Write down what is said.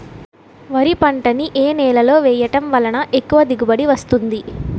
వరి పంట ని ఏ నేలలో వేయటం వలన ఎక్కువ దిగుబడి వస్తుంది?